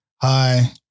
hi